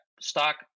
stock